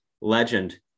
legend